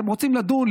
אתם רוצים לדון,